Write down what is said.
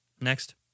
Next